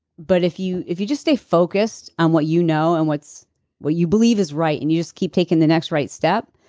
but if you if you just stay focused on what you know and what you believe is right and you just keep taking the next right step,